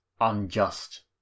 unjust